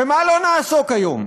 במה לא נעסוק היום?